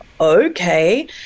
okay